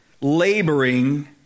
laboring